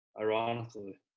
Ironically